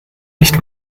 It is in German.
nicht